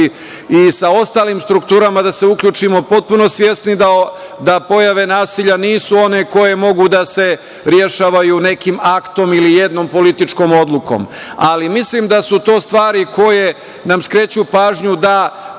i sa ostalim strukturama da se uključimo, potpuno svesni da pojave nasilja nisu one koje mogu da se rešavaju nekim aktom ili jednom političkom odlukom. Mislim da su to stvari koje nam skreću pažnju da